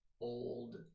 old